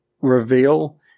reveal